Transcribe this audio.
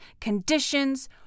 conditions